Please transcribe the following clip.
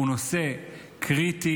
הוא נושא קריטי,